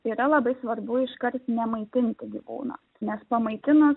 yra labai svarbu iškart nemaitinti gyvūno nes pamaitinus